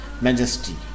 majesty